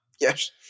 Yes